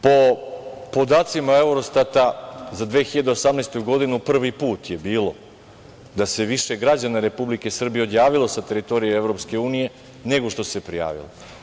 Po podacima „Eurostata“ za 2018. godinu prvi put je bilo da se više građana Republike Srbije odjavilo sa teritorije EU nego što se prijavilo.